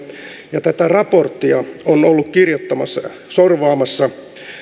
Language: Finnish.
ja tätä raporttia ovat olleet kirjoittamassa sorvaamassa